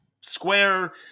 square